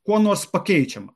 kuo nors pakeičiama